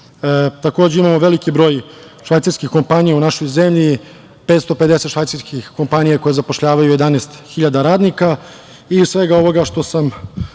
Takođe, imamo veliki broj švajcarskih kompanija u našoj zemlji, 550 švajcarskih kompanija koje zapošljavaju 11 hiljada radnika. Iz svega ovoga što sam